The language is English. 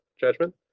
judgment